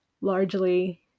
largely